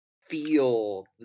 feel